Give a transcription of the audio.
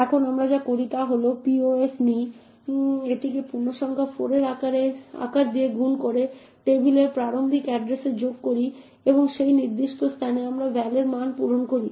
এখন আমরা যা করি তা হল আমরা pos নিই এটিকে পূর্ণসংখ্যা 4 এর আকার দিয়ে গুণ করে টেবিলের প্রারম্ভিক এড্ড্রেসে যোগ করি এবং সেই নির্দিষ্ট স্থানে আমরা ভ্যালের মান পূরণ করি